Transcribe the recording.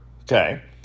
okay